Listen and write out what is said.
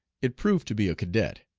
it proved to be a cadet,